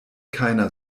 keiner